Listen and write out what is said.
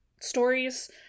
stories